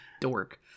dork